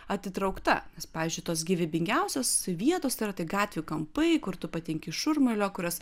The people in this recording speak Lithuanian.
atitraukta nes pavyzdžiui tos gyvybingiausios vietos tai yra tai gatvių kampai kur tu patenki į šurmulio kurios